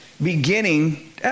Beginning